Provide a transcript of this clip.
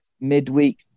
midweek